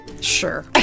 Sure